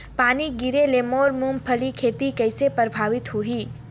पानी गिरे ले मोर मुंगफली खेती कइसे प्रभावित होही?